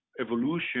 evolution